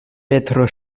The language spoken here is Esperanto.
petro